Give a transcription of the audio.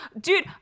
Dude